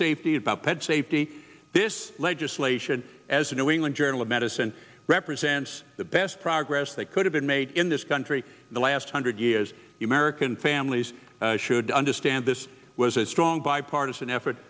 safety about pet safety this legislation as the new england journal of medicine represents the best progress that could have been made in this country in the last hundred years the american families should understand this was a strong bipartisan effort